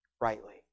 Rightly